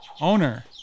owner